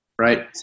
Right